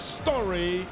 story